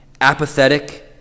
apathetic